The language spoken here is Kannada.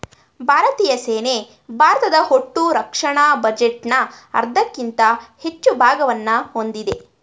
ಭಾರತೀಯ ಸೇನೆ ಭಾರತದ ಒಟ್ಟುರಕ್ಷಣಾ ಬಜೆಟ್ನ ಅರ್ಧಕ್ಕಿಂತ ಹೆಚ್ಚು ಭಾಗವನ್ನ ಹೊಂದಿದೆ